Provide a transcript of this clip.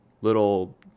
little